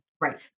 Right